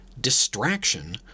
distraction